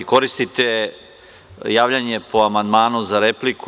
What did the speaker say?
Koristite javljanje po amandmanu za repliku.